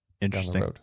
Interesting